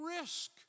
risk